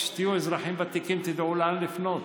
לפחות כשתהיו אזרחים ותיקים תדעו לאן לפנות